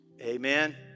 Amen